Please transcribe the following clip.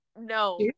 no